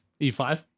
e5